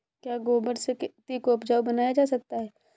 क्या गोबर से खेती को उपजाउ बनाया जा सकता है?